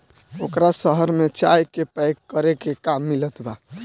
ओकरा शहर में चाय के पैक करे के काम मिलत बा